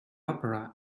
opera